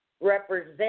represent